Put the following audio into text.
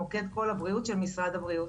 מוקד קול הבריאות של משרד הבריאות.